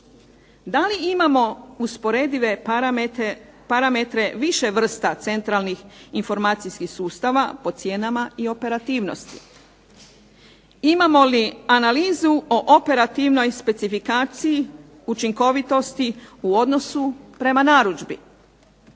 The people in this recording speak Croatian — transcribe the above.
Da li imamo usporedive parametre više vrsta centralnih informacijskih sustava po cijenama i operativnosti? Imamo li analizu o operativnoj specifikaciji, učinkovitosti u odnosu prema narudžbi?